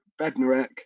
Bednarek